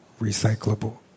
recyclable